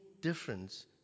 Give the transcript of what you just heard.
difference